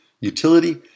utility